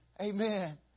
Amen